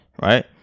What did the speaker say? Right